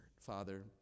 Father